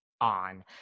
on